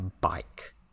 bike